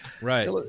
Right